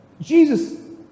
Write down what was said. Jesus